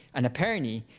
and apparently,